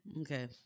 okay